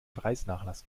preisnachlass